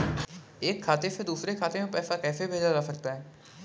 एक खाते से दूसरे खाते में पैसा कैसे भेजा जा सकता है?